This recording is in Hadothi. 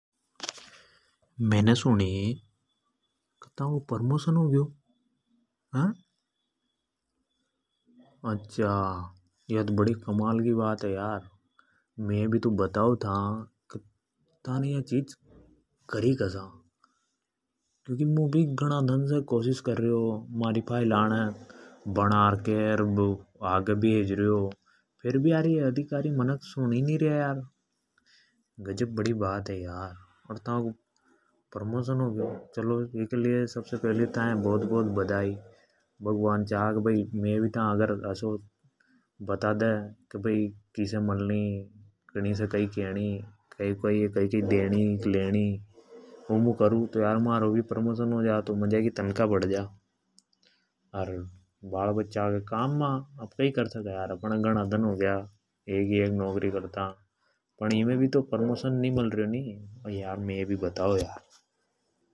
मैने सुनी थाको प्रमोशन हों ग्यो। अ अच्छा या तो बड़ी कमाल की बात है यार मै भी तो बताओ। था थाने या चिज करी कसा। मुं भी घणा दन से कोशिश कर रयो फेर् भी यह अधिकारी मनख सुन ही नि रया। यार अर थाको प्रमोशन हो ग्यो चलो इके लिए थाय सबसे पेली तो बहुत बहुत बधाई। भगवान छा अगर मै भी था असो बता दे की किसे मलणी तो उ मुं करूँ। तो कई याद महारो भी प्रमोशन हो जा तो मजा की तनखा बढ़ जा। अर बाल बच्चा के काम मे आ कई। करा घणा दन हो ग्या एक ही एक नौकरी करता फ ण इमे भी तो प्रमोशन नि मल रयो नि।